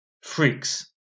Freaks